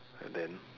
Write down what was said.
then